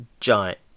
Giant